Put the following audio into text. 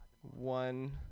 One